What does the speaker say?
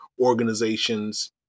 organizations